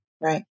Right